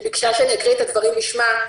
שביקשה שאקריא את הדברים בשמה.